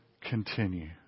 continue